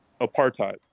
apartheid